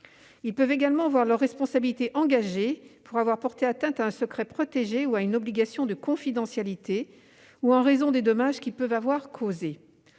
Ils peuvent également voir leur responsabilité engagée, pour avoir porté atteinte à un secret protégé ou à une obligation de confidentialité, ou en raison des dommages qu'ils peuvent avoir causés.